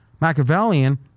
Machiavellian